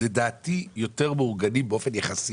לדעתי העצמאים יותר מאורגנים באופן יחסי.